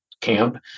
camp